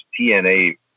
TNA